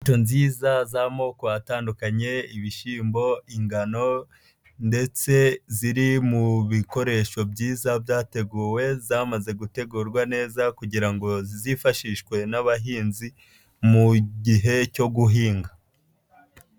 Imbuto nziza z'amoko atandukanye, ibishyimbo, ingano ndetse ziri mu bikoresho byiza byateguwe, zamaze gutegurwa neza kugira ngo zifashishwe n'abahinzi mu gihe cyo guhinga.